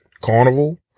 Carnival